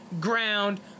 ground